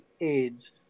AIDS